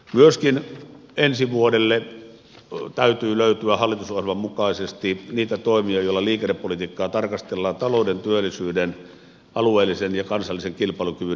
myöskin ensi vuodelle täytyy löytyä hallitusohjelman mukaisesti niitä toimia joilla liikennepolitiikkaa tarkastellaan talouden työllisyyden alueellisen ja kansallisen kilpailukyvyn näkökulmasta